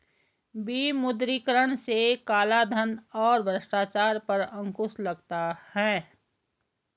विमुद्रीकरण से कालाधन और भ्रष्टाचार पर अंकुश लगता हैं